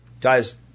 Guys